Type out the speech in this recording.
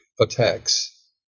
attacks